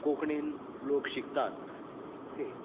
कोंकणीन लोक शिकतात ओके